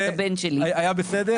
היה בסדר?